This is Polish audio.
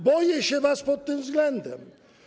Boję się was pod tym względem.